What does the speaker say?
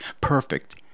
Perfect